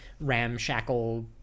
ramshackle